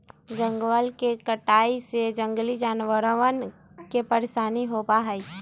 जंगलवन के कटाई से जंगली जानवरवन के परेशानी होबा हई